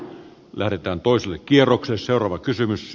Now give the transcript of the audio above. lähdetään pois yli kierroksen seuraava kysymys